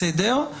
בסדר.